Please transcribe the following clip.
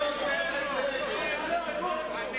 לא תוכל לעמוד בהתחייבות הזאת.